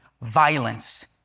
violence